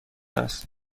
است